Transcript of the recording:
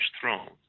throne